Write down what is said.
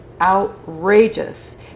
outrageous